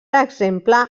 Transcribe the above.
exemple